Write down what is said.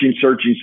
searching